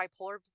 bipolar